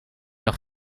nog